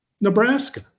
Nebraska